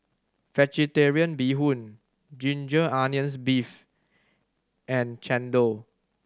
Vegetarian Bee Hoon ginger onions beef and chendol